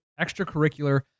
extracurricular